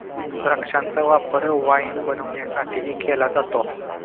द्राक्षांचा वापर वाईन बनवण्यासाठीही केला जातो